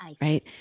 right